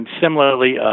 similarly